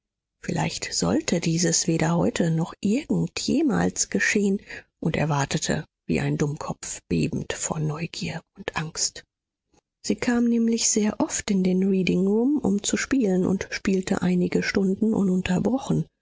vielleicht sollte dieses weder heute noch irgend jemals geschehen und er wartete wie ein dummkopf bebend vor neugier und angst sie kam nämlich sehr oft in den reading room um zu spielen und spielte einige stunden ununterbrochen